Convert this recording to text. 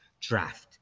draft